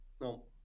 No